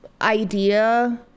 idea